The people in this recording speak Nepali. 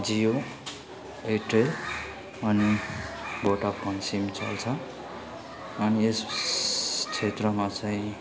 जिओ एयरटेल अनि भोडाफोन सिम चल्छ अनि यस क्षेत्रमा चाहिँ